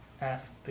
ask